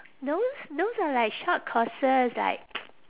those those are like short courses like